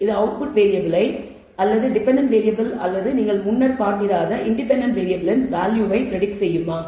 இது அவுட்புட் வேரியபிளை அல்லது டெபென்டென்ட் வேறியபிள் அல்லது நீங்கள் முன்னர் பார்த்திராத இன்டெபென்டென்ட் வேறியபிளின் வேல்யூவை பிரடிக்ட் செய்யுமா